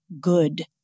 good